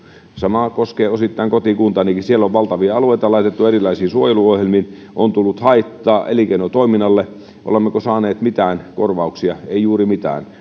sama koskee osittain kotikuntaanikin siellä on valtavia alueita laitettu erilaisiin suojeluohjelmiin on tullut haittaa elinkeinotoiminnalle olemmeko saaneet mitään korvauksia emme juuri mitään